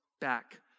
back